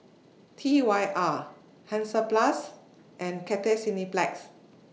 T Y R Hansaplast and Cathay Cineplex